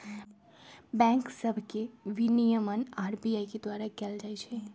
bank सभ के विनियमन आर.बी.आई द्वारा कएल जाइ छइ